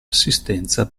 assistenza